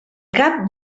cap